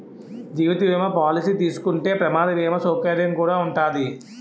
జీవిత బీమా పాలసీ తీసుకుంటే ప్రమాద బీమా సౌకర్యం కుడా ఉంటాది